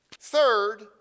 Third